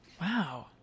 Wow